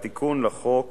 את התיקון לחוק